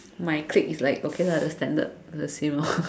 my clique is like okay lah the standard the same lor